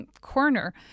corner